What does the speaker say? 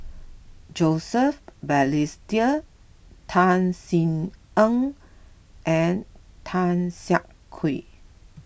Joseph Balestier Tan Sin Aun and Tan Siah Kwee